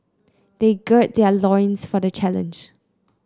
they gird their loins for the challenge